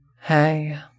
Hey